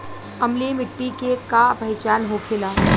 अम्लीय मिट्टी के का पहचान होखेला?